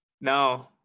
No